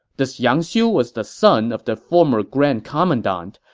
this yang xiu was the son of the former grand commandant,